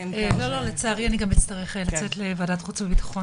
לא אאריך לצערי אני גם אצטרך לצאת לוועדת החוץ וביטחון.